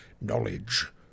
knowledge